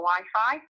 Wi-Fi